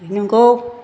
नोंगौ